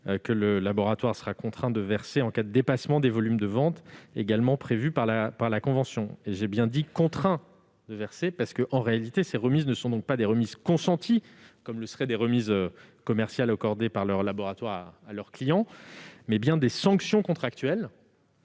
que le laboratoire sera contraint de verser en cas de dépassement des volumes de ventes également prévues par la convention. J'ai bien dit « contraint », car, en réalité, ces remises sont non pas des remises consenties, comme le seraient des remises commerciales accordées par les laboratoires à leurs clients, mais bien des sanctions contractuelles,